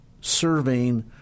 serving